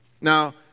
Now